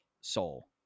Soul